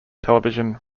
television